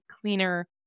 cleaner